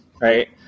right